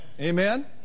Amen